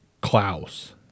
Klaus